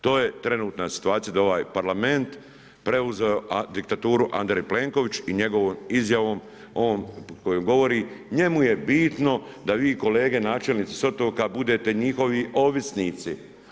To je trenutna situacija da je ovaj Parlament preuzeo diktaturu Andrej Plenković i njegovom izjavom koju govori, njemu je bitno da vi kolege načelnici s otoka budete njihovi ovisnici.